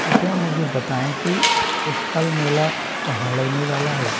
कृपया मुझे बताएँ कि इस साल मेला कहाँ लगने वाला है